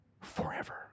forever